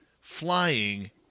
flying